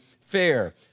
fair